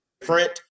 different